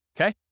Okay